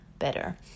better